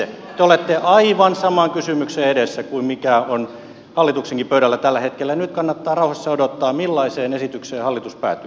te olette aivan saman kysymyksen edessä kuin mikä on hallituksenkin pöydällä tällä hetkellä ja nyt kannattaa rauhassa odottaa millaiseen esitykseen hallitus päätyy